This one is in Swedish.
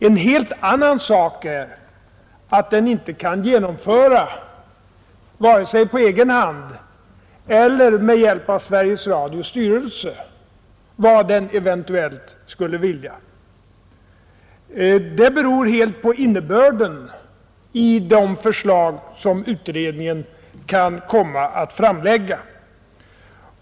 En helt annan sak är att den inte kan genomföra, vare sig på egen hand eller med hjälp av Sveriges Radios styrelse, vad den eventuellt skulle vilja. Det beror helt på innebörden av de förslag som utredningen kan komma att framlägga.